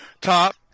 Top